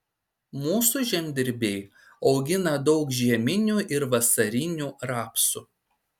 mūsų žemdirbiai augina daug žieminių ir vasarinių rapsų